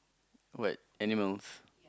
what animals